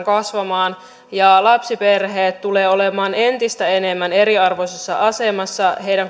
kasvamaan ja lapsiperheet tulevat olemaan entistä enemmän eriarvoisessa asemassa